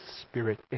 Spirit